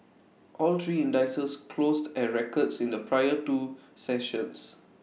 all three indices closed at records in the prior two sessions